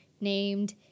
named